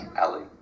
Ali